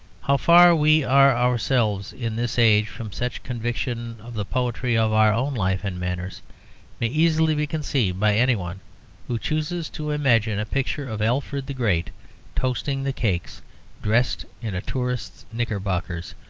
how far we are ourselves in this age from such conviction of the poetry of our own life and manners may easily be conceived by anyone who chooses to imagine a picture of alfred the great toasting the cakes dressed in tourist's knickerbockers,